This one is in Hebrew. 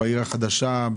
בעיר החדשה,